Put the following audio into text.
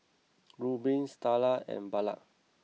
Rubin Starla and Ballard